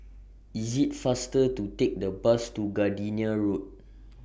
IS IT faster to Take The Bus to Gardenia Road